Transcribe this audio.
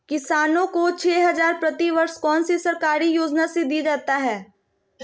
किसानों को छे हज़ार प्रति वर्ष कौन सी सरकारी योजना से दिया जाता है?